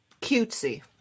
cutesy